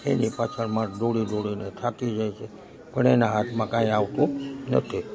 એની પાછળ માણસ દોડી દોડીને થાકી જાય છે પણ એના હાથમાં કંઈ આવતું નથી